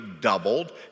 doubled